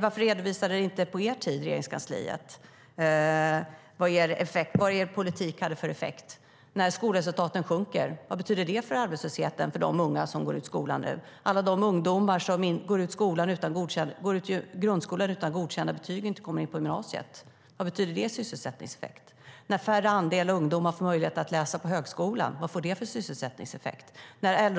Varför redovisade Regeringskansliet inte på er tid vad er politik hade för effekt? När en lägre andel ungdomar får möjlighet att läsa på högskola, vad får det för sysselsättningseffekt? När